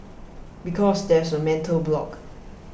because there's a mental block